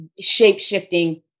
shape-shifting